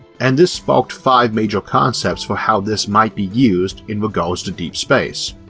and this sparked five major concepts for how this might be used in regards to deep space.